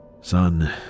Son